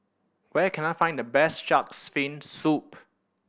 where can I find the best Shark's Fin Soup